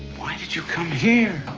why did you come here?